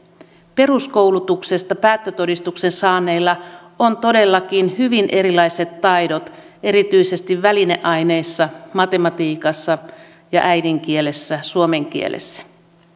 peruskoulutuksesta päättötodistuksen saaneilla on todellakin hyvin erilaiset taidot erityisesti välineaineissa matematiikassa ja äidinkielessä suomen kielessä